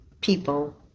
people